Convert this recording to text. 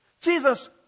Jesus